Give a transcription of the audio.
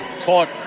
taught